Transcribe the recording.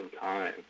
time